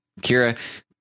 Kira